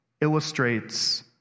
illustrates